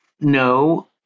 no